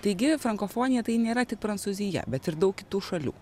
taigi frankofonija tai nėra tik prancūzija bet ir daug kitų šalių